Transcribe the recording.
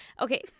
Okay